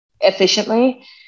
efficiently